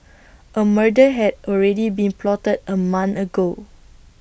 A murder had already been plotted A month ago